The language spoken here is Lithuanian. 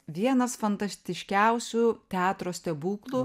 vienas fantastiškiausių teatro stebuklų